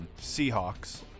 Seahawks